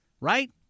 Right